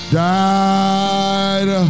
died